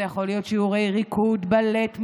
שיעורי ריקוד בלט,